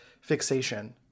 fixation